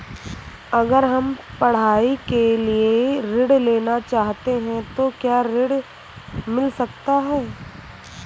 अगर हम पढ़ाई के लिए ऋण लेना चाहते हैं तो क्या ऋण मिल सकता है?